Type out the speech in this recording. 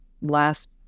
Last